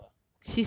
not good ah